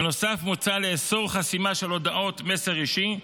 בנוסף, מוצע לאסור חסימה של הודעות מסר אישי,